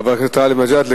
חבר הכנסת גאלב מג'אדלה,